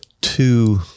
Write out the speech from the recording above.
two